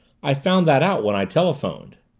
i found that out when i telephoned.